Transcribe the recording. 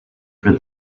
for